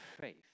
faith